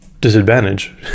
disadvantage